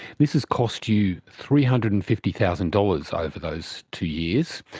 this has cost you three hundred and fifty thousand dollars over those two years.